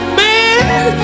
man